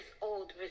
old